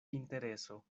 intereso